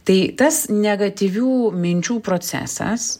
tai tas negatyvių minčių procesas